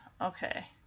Okay